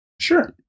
Sure